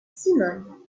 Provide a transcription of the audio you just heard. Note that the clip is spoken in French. simone